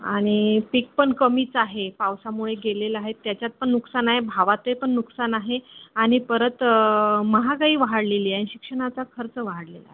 आणि पीक पण कमीच आहे पावसामुळे गेलेलं आहे त्याच्यात पण नुकसान आहे भावात आहे पण नुकसान आहे आणि परत महागाई वाढलेली आहे शिक्षणाचा खर्च वाढलेला आहे